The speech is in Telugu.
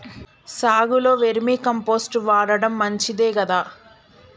సాగులో వేర్మి కంపోస్ట్ వాడటం మంచిదే కదా?